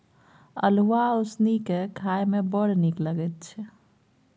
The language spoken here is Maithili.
अल्हुआ उसनि कए खाए मे बड़ नीक लगैत छै